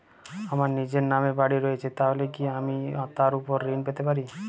আমার নিজের নামে বাড়ী রয়েছে তাহলে কি আমি তার ওপর ঋণ পেতে পারি?